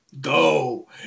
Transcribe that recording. Go